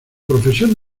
profesión